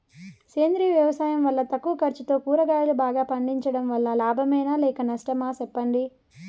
సేంద్రియ వ్యవసాయం వల్ల తక్కువ ఖర్చుతో కూరగాయలు బాగా పండించడం వల్ల లాభమేనా లేక నష్టమా సెప్పండి